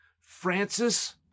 Francis